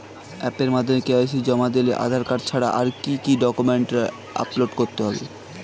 অ্যাপের মাধ্যমে কে.ওয়াই.সি জমা দিলে আধার কার্ড ছাড়া আর কি কি ডকুমেন্টস আপলোড করতে হবে?